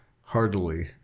heartily